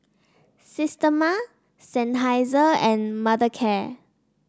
Systema Seinheiser and Mothercare